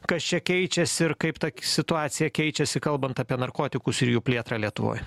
kas čia keičiasi ir kaip ta situacija keičiasi kalbant apie narkotikus ir jų plėtrą lietuvoj